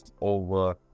over